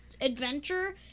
adventure